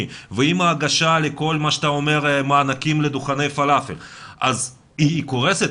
ועם ההגשה לכל מה שאתה אומר אז היא קורסת,